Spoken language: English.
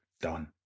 done